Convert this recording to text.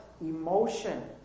emotion